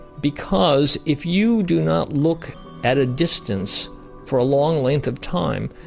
because if you do not look at a distance for a long length of time,